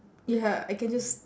ya I can just